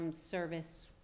service